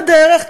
על הדרך,